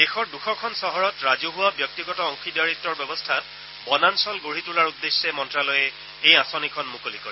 দেশৰ দুশখন চহৰত ৰাজহুৱা ব্যক্তিগত অংশীদাৰিত্বৰ ব্যৱস্থাত বনাঞ্চল গঢ়ি তোলাৰ উদ্দেশ্যে মন্ত্ৰ্যালয়ে এই আঁচনিখন মুকলি কৰে